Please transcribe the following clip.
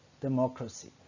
democracy